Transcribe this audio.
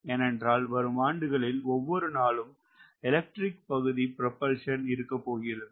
ஏனென்றால் வரும் ஆண்டுகளில் ஒவ்வொரு நாளும் எலக்ட்ரிக் பகுதி ப்ரோபல்சன் இருக்கப்போகிறது